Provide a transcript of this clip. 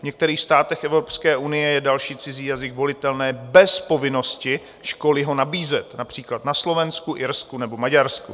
V některých státech Evropské unie je další cizí jazyk volitelný bez povinnosti školy ho nabízet, například na Slovensku, v Irsku nebo v Maďarsku.